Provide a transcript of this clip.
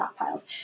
stockpiles